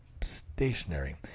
stationary